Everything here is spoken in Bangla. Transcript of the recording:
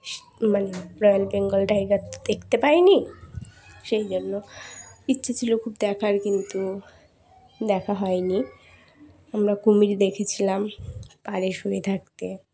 মানে রয়্যাল বেঙ্গল টাইগার তো দেখতে পাইনি সেই জন্য ইচ্ছো ছিল খুব দেখার কিন্তু দেখা হয়নি আমরা কুমির দেখেছিলাম পাড়ে শুয়ে থাকতে